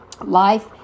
Life